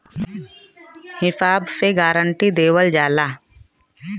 हिसाब से गारंटी देवल जाला